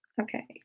okay